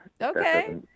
Okay